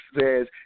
says